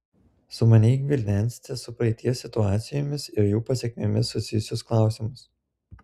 sumaniai gvildensite su praeities situacijomis ir jų pasekmėmis susijusius klausimus